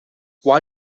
why